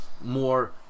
more